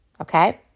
okay